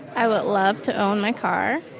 i would love to own my car.